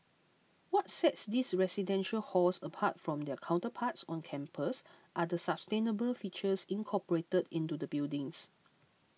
what sets these residential halls apart from their counterparts on campus are the sustainable features incorporated into the buildings